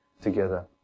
together